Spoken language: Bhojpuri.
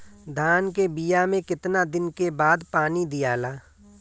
धान के बिया मे कितना दिन के बाद पानी दियाला?